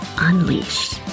unleashed